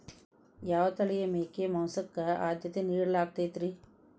ಯಾವ ತಳಿಯ ಮೇಕೆ ಮಾಂಸಕ್ಕ, ಆದ್ಯತೆ ನೇಡಲಾಗತೈತ್ರಿ?